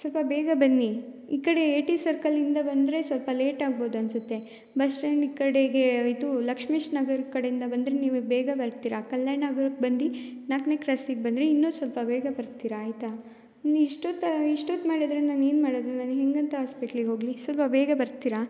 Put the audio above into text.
ಸ್ವಲ್ಪ ಬೇಗ ಬನ್ನಿ ಈ ಕಡೆ ಎ ಐ ಟಿ ಸರ್ಕಲ್ ಇಂದ ಬಂದರೆ ಸ್ವಲ್ಪ ಲೇಟ್ ಆಗ್ಬೌದು ಅನ್ಸುತ್ತೆ ಬಸ್ ಸ್ಟ್ಯಾಂಡ್ ಈ ಕಡೆಗೆ ಇದು ಲಕ್ಷ್ಮೀಶ್ ನಗರ್ ಕಡೆಯಿಂದ ಬಂದರೆ ನೀವು ಬೇಗ ಬರ್ತೀರ ಕಲ್ಯಾಣ ನಗರಕ್ಕೆ ಬಂದು ನಾಲ್ಕನೇ ಕ್ರಾಸಿಗೆ ಬಂದರೆ ಇನ್ನು ಸ್ವಲ್ಪ ಬೇಗ ಬರ್ತೀರ ಆಯಿತಾ ನೀವು ಇಷ್ಟೊತ್ತು ಇಷ್ಟೊತ್ತು ಮಾಡಿದರೆ ನಾನು ಏನು ಮಾಡೋದು ನಾನು ಹೇಗಂತ ಹಾಸ್ಪಿಟ್ಲಿಗೆ ಹೋಗಲಿ ಸ್ವಲ್ಪ ಬೇಗ ಬರ್ತೀರಾ